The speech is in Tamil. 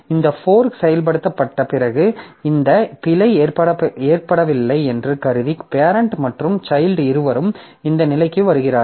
இந்த ஃபோர்க் செயல்படுத்தப்பட்ட பிறகு இந்த பிழை ஏற்படவில்லை என்று கருதி பேரெண்ட் மற்றும் சைல்ட் இருவரும் இந்த நிலைக்கு வருகிறார்கள்